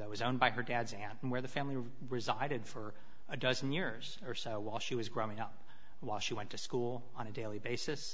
it was owned by her dad's aunt and where the family were resided for a dozen years or so while she was growing up while she went to school on a daily basis